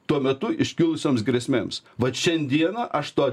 tuo metu iškilusioms grėsmėms vat šiandieną aš to